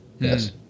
Yes